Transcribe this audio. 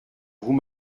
vous